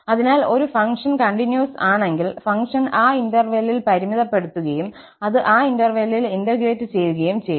അതിനാൽ ഒരു function continuous ആണെങ്കിൽ ഫംഗ്ഷൻ ആ ഇന്റർവെല്ലിൽ പരിമിതപ്പെടുത്തുകയും അത് ആ ഇന്റർവെല്ലിൽ ഇന്റഗ്രറ്റ് ചെയ്യുകയും ചെയ്യും